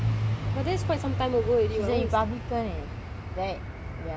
ten years ago lah but that's quite sometimes ago already [what]